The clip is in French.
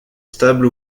stable